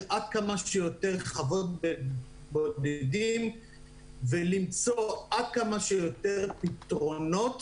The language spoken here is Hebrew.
עד כמה שיותר חוות בודדים ולמצוא עד כמה שיותר פתרונות